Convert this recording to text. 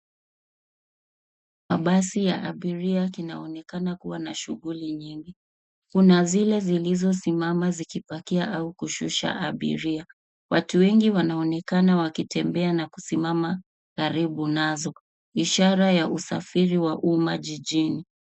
Mabasi ya abiria inaonekana kua na shughuli nyingi. Kuna zile zilizosimama zikipakia au kushusha abiria. Watu wengi wanaonekana wakitembea na kusimama karibu nazo, ishara ya usafiri wa umma jijini.